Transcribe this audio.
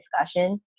discussion